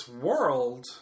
world